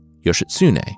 Yoshitsune